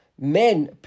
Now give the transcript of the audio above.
Men